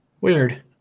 Weird